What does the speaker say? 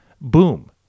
Boom